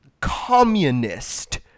communist